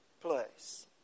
place